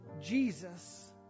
Jesus